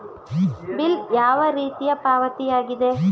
Bill ಯಾವ ರೀತಿಯ ಪಾವತಿಯಾಗಿದೆ?